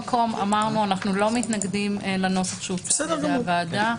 אמרנו שאנחנו לא מתנגדים לנוסח שהוצע על ידי הוועדה.